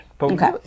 Okay